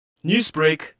Newsbreak